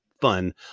fun